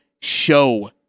show